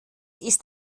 ist